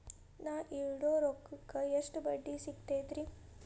ನಾ ಇಡೋ ರೊಕ್ಕಕ್ ಎಷ್ಟ ಬಡ್ಡಿ ಸಿಕ್ತೈತ್ರಿ?